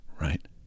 right